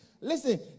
Listen